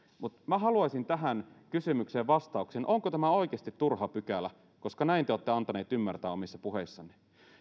mutta minä haluaisin tähän kysymykseen vastauksen onko tämä oikeasti turha pykälä koska näin te olette antaneet ymmärtää omissa puheissanne